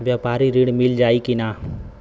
व्यापारी ऋण मिल जाई कि ना?